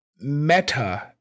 meta